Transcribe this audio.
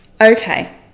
okay